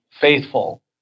faithful